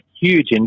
huge